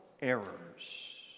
errors